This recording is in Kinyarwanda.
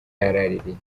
yaraririye